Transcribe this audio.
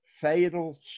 fatal